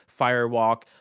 Firewalk